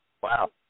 Wow